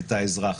את האזרח.